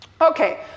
Okay